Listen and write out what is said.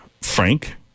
Frank